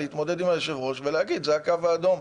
להתמודד עם היושב-ראש ולהגיד שזה הקו האדום.